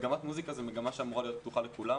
מגמת מוסיקה זה מגמה שאמורה להיות פתוחה לכולם.